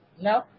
No